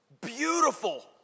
beautiful